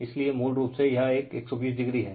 इसलिए मूल रूप से यह एक 120o हैं